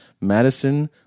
Madison